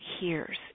hears